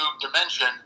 dimension